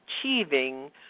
achieving